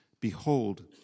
Behold